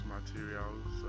Materials